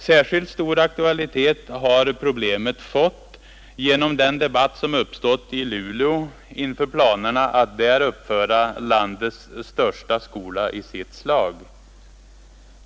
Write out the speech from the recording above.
Särskilt stor akutalitet har problemet fått genom den debatt som uppstått i Luleå inför planerna att där uppföra landets i sitt slag största skola.